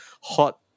hot